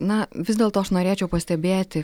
na vis dėlto aš norėčiau pastebėti